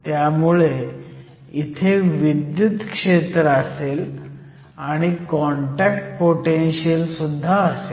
त्यामुळे इथे विद्युत क्षेत्र असेल आणि कॉन्टॅक्ट पोटेनशीयल असेल